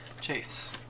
Chase